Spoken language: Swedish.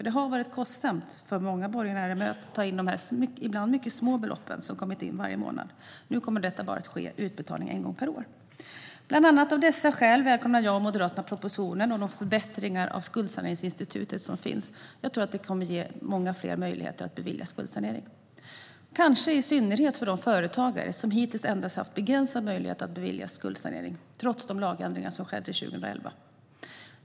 Det har varit kostsamt för många borgenärer att ta in de ibland mycket små beloppen som har kommit in varje månad. Nu kommer det att ske en utbetalning per år. Bland annat av dessa skäl välkomnar jag och Moderaterna propositionen och de förbättringar av skuldsaneringsinstitutet som finns. Det kommer att ge många fler möjligheter att beviljas skuldsanering, kanske i synnerhet för de företagare som hittills endast har haft begränsad möjlighet att beviljas skuldsanering - trots lagändringarna som skedde 2011.